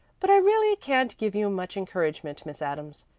but i really can't give you much encouragement, miss adams.